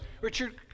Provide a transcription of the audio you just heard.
Richard